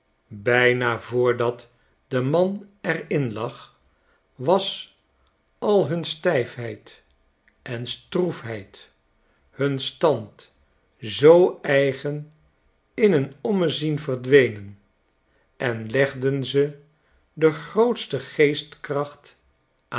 bijna voordat de man er in lag was al hun stijfheid en stroefheid hun stand zoo eigen in een ommezien verdwenen enlegden ze de grootste geestkracht